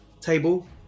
table